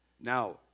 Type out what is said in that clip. now